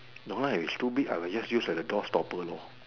no lah if it's too big lah we will just use like a door stopper lor